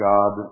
God